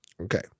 Okay